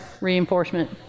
reinforcement